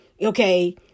okay